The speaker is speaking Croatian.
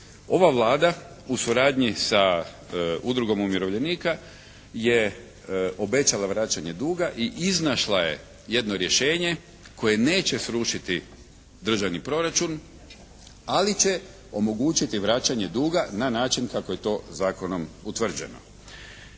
Ova Vlada u suradnji sa Udrugom umirovljenika je obećala vraćanje duga i iznašla je jedno rješenje koje neće srušiti državni proračun, ali će omogućiti vraćanje duga na način kako je to zakonom utvrđeno.